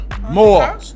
More